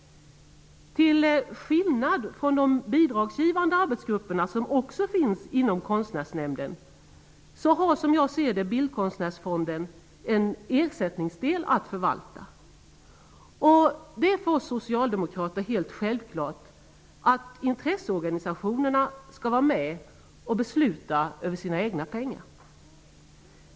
Till skillnad från de bidragsgivande arbetsgrupper som också finns inom Konstnärsnämnden har Bildkonstnärsfonden som jag ser det en ersättningsdel att förvalta. Det är helt självklart för oss socialdemokrater att intresseorganisationerna skall vara med och besluta över sina egna pengar.